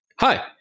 Hi